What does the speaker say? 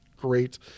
great